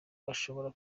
ashobora